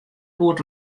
goed